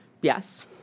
Yes